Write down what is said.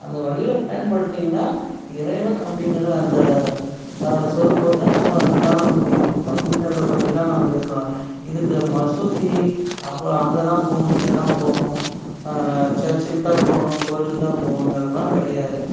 அந்த வழியில் பயன்பட்டீங்கன்னா இறைவன் அப்படிங்கிற அந்த ஸொரூபத்தை நம்ம காண முடியும் அப்படிங்கிறத பற்றி தான் நம்ம இருக்கலாம் இதுக்கு மசூதி அப்புறம் அங்கே தான் போகணும் இங்கே தான் போகணும் சர்ச்சுக்கு தான் போகணும் கோவிலுக்கு தான் போகணுங்கிறதுலாம் கிடையாது